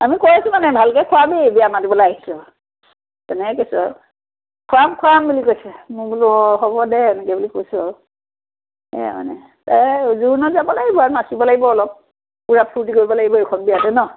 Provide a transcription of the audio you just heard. আমি কৈছোঁ মানে ভালকৈ খুৱাবি বিয়া মাতিবলৈ আহিছ তেনেকৈ কৈছোঁ আৰু খুৱাব খুৱাম বুলি কৈছে মই বোলো অঁ হ'ব দে এনেকৈ বুলি কৈছোঁ আৰু সেয়াই মানে এই জোৰোণত যাব লাগিব আৰু নাচিব লাগিব অলপ পূৰা ফূৰ্তি কৰিব লাগিব এইখন বিয়াতে ন